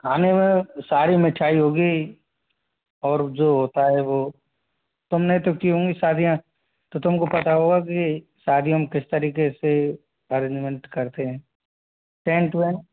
खाने में सारी मिठाई होगी और जो होता है वो तुमने तो की होंगी शादियाँ तो तुमको पता होगा की शादियों में किस तरीके से अरेंजमेंट करते हैं टेंट वेंट